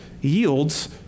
yields